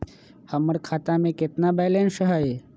हमर खाता में केतना बैलेंस हई?